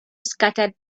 scattered